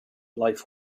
life